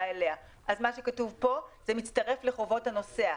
אליה." מה שכתוב פה מצטרף לחובות הנוסע.